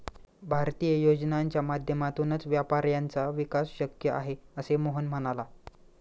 भारतीय योजनांच्या माध्यमातूनच व्यापाऱ्यांचा विकास शक्य आहे, असे मोहन म्हणाला